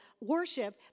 worship